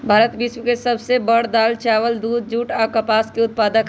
भारत विश्व के सब से बड़ दाल, चावल, दूध, जुट आ कपास के उत्पादक हई